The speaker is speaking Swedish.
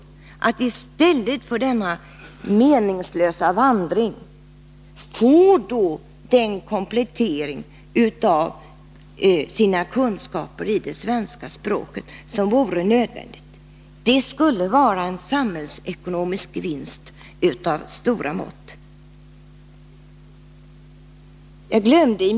Om de i stället för denna meningslösa vandring fick en nödvändig komplettering av sina kunskaper i svenska språket, skulle det innebära en samhällsekonomisk vinst av stora mått.